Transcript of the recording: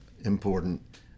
important